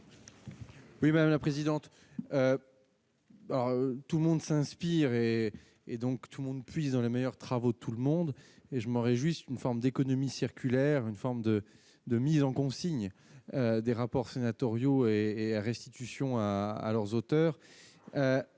Oui, madame la présidente, alors tout le monde s'inspirer et donc tout le monde puisse dans les meilleurs travaux tout le monde et je m'en réjouis, une forme d'économie circulaire, une forme de de mise en consigne des rapports sénatoriaux et restitution à leurs auteurs,